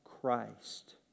Christ